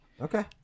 Okay